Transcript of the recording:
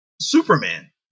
Superman